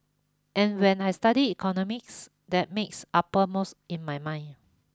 and when I studied economics that makes uppermost in my mind